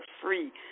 free